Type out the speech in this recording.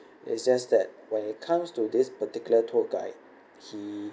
it's just that when it comes to this particular tour guide he